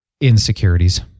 insecurities